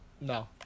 no